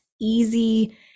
easy